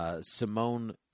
Simone